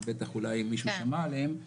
שבטח אולי מישהו שמע עליהן.